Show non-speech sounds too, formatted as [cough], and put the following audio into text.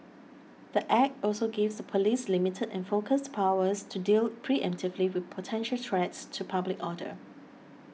the [noise] act also gives the police limited and focused powers to deal preemptively with potential threats to public order